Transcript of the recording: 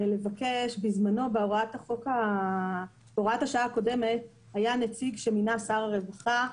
בזמנו בהוראת השעה הקודמת היה נציג שמינה שר הרווחה,